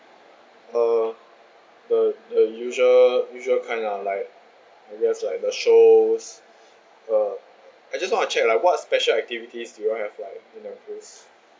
uh the the usual usual kind lah like there's like the show uh I just want to check lah what's special activities you all have like in the cruise